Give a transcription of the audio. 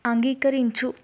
అంగీకరించు